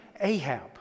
Ahab